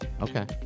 Okay